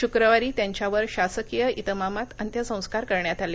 शुक्रवारी त्यांच्यावर शासकीय इतमामात अंत्यसंस्कार करण्यात आले